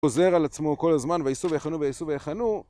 חוזר על עצמו כל הזמן, ויסעו ויחנו ויסעו ויחנו,